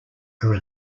are